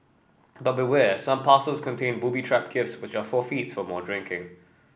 but beware some parcels contain booby trap gifts which are forfeits for more drinking